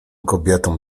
kobietom